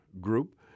group